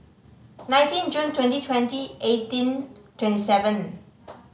nineteen June twenty twenty eighteen twenty seven